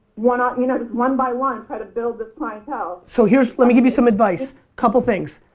one ah you know one by one try to build this clientele. so here's, let me give you some advice. couple things.